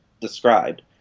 described